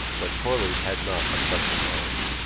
but corley had not a subtle mind.